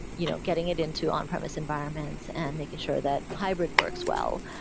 you know getting it into on-premise environments and making sure that hybrid works well.